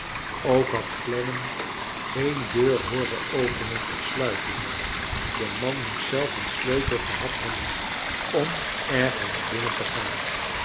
ook had clennam geen deur hooren openen of sluiten de man moest zelf een sleutel gehad hebben om ergens binnen te gaan